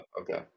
Okay